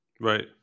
Right